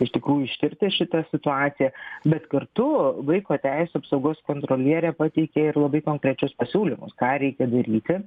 iš tikrųjų ištirti šitą situaciją bet kartu vaiko teisių apsaugos kontrolierė pateikė ir labai konkrečius pasiūlymus ką reikia daryti